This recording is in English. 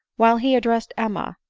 while he addressed emma,